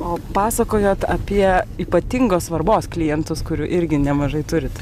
o pasakojot apie ypatingos svarbos klientus kurių irgi nemažai turit